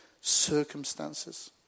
circumstances